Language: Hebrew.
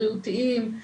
בריאותיים,